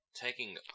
Taking